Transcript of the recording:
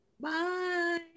Bye